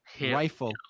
rifle